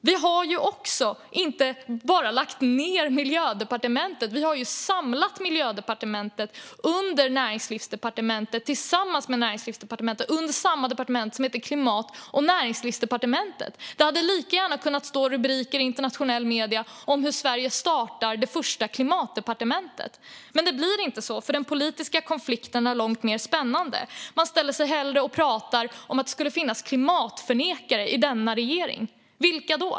Vi har ju inte heller lagt ned Miljödepartementet, utan vi har samlat Miljödepartementet och Näringslivsdepartementet under samma departement. Det heter Klimat och näringslivsdepartementet. Det hade lika gärna kunnat stå rubriker i internationella medier om hur Sverige startar det första klimatdepartementet. Det blir dock inte så, för den politiska konflikten är långt mer spännande. Man ställer sig hellre och pratar om att det skulle finnas klimatförnekare i denna regering. Vilka då?